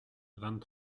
vingt